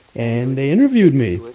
and they interviewed me.